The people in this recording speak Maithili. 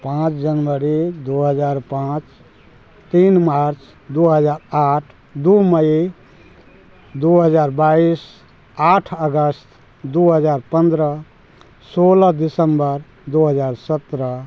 पाँच जनवरी दू हजार पाँच तीन मार्च दू हजार आठ दू मई दू हजार बाइस आठ अगस्त दू हजार पन्द्रह सोलह दिसम्बर दू हजार सत्रह